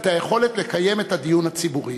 את היכולת לקיים את הדיון הציבורי.